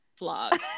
vlog